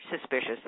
suspicious